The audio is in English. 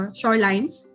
shorelines